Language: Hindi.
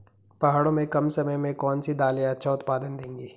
पहाड़ों में कम समय में कौन सी दालें अच्छा उत्पादन देंगी?